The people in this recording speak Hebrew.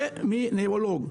ומנוירולוג.